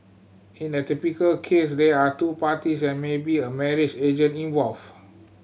in a typical case they are two parties and maybe a marriage agent involved